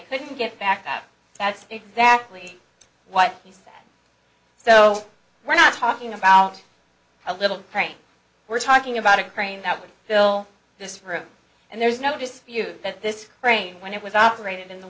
couldn't get back that that's exactly what he's so we're not talking about a little brain we're talking about a crane that would fill this room and there's no dispute that this crane when it was operated in the